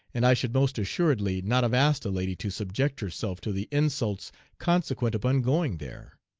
and i should most assuredly not have asked a lady to subject herself to the insults consequent upon going there.